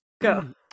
Go